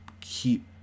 keep